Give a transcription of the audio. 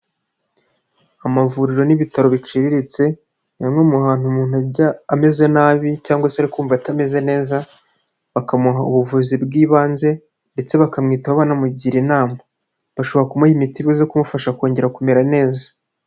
Amavuriro n'ibitaro biciriritse ni hamwe mu hantu umuntu ajya ameze nabi cyangwa se kumva atameze neza, bakamuha ubuvuzi bw'ibanze ndetse bakamwitaho banamugira inama, bashobora kumuha imiti iri buze kumufasha kongera kumera neza.